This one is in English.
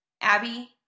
Abby